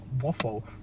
waffle